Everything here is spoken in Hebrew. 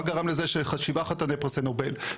מה גרם לזה ששבעה חתני פרסי נובל,